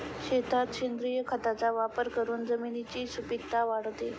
शेतात सेंद्रिय खताचा वापर करून जमिनीची सुपीकता वाढते